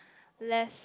less